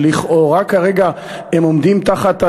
שלכאורה כרגע הם עומדים תחת,